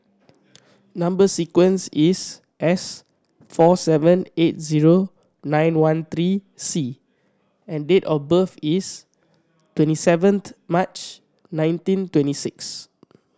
number sequence is S four seven eight zero nine one three C and date of birth is twenty seventh March nineteen twenty six